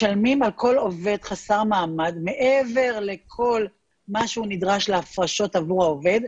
משלמים על כל עובד חסר מעמד מעבר לכל מה שהוא נדרש להפרשות עבור העובד,